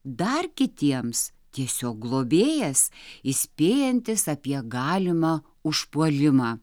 dar kitiems tiesiog globėjas įspėjantis apie galimą užpuolimą